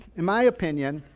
in my opinion,